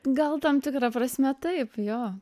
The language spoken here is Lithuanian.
gal tam tikra prasme taip jo